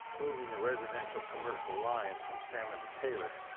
moving the residential commercial line from salmon to taylor.